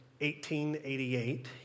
1888